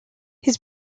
his